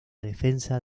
defensa